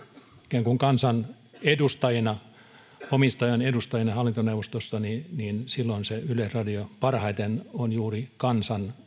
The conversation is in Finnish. ikään kuin kansan omistajan edustajina hallintoneuvostossa niin niin silloin se yleisradio parhaiten on juuri kansan